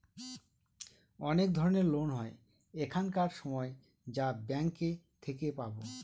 অনেক ধরনের লোন হয় এখানকার সময় যা ব্যাঙ্কে থেকে পাবো